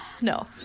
no